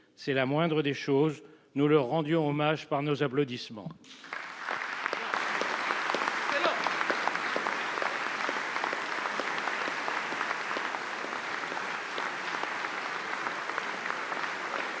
c'est la moindre des choses. Nous leur rendions hommage par nos applaudissements.